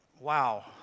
wow